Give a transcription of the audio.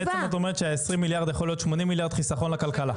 בעצם את אומרת שה-20 מיליארד יכול להיות 80 מיליארד חיסכון לכלכלה.